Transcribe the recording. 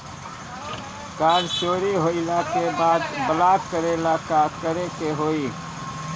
Card चोरी होइला के बाद ब्लॉक करेला का करे के होई?